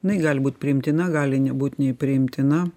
jinai gali būt priimtina gali nebūt nei priimtina